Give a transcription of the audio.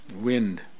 wind